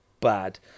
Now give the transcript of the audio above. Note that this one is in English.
bad